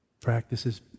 practices